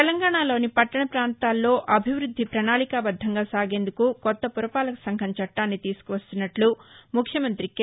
తెలంగాణ లోని పట్టణ పాంతాల్లో అభివృద్ది పణాళికా బద్దంగా సాగేందుకు కొత్త పురపాలక సంఘం చట్టాన్ని తీసుకువస్తున్నట్లు ముఖ్యమంతి కె